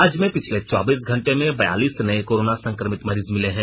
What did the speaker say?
राज्य में पिछले चौबीस घंटे में बयालीस नये कोरोना संक्रमित मरीज मिले हैं